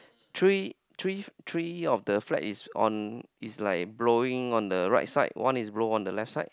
three three three of the flags is on is like blowing on the right side on is blow on the left side